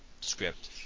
script